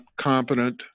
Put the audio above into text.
competent